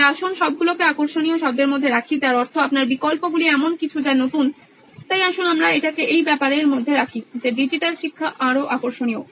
তাই আসুন সবগুলোকে আকর্ষণীয় শব্দের মধ্যে রাখি যার অর্থ আপনার বিকল্পগুলি এমন কিছু যা নতুন তাই আসুন আমরা এটিকে এই ব্যাপারের মধ্যে রাখি যে ডিজিটাল শিক্ষা আরও আকর্ষণীয়